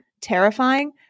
terrifying